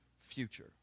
future